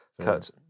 cut